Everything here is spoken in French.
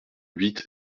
huit